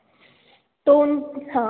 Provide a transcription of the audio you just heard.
हाँ वह बात तो ठीक है मैडम